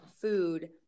food